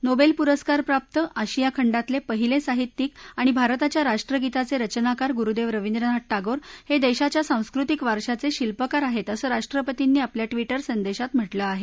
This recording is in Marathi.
नोबेल पुरस्कार प्राप्त आशिया खंडातले पहिले साहित्यीक आणि भारताच्या राष्ट्रगीताचे रचनाकार गुरुदेव रविंद्रनाथ टागोर हे देशाच्या सांस्कृतिक वारश्याचे शिल्पकार आहेत असं राष्ट्रपतींनी आपल्या ट्विटर संदेशात म्हटलं आहे